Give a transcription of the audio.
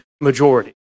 majority